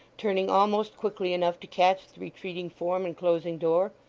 turning almost quickly enough to catch the retreating form and closing door,